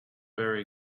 very